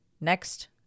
next